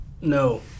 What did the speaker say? No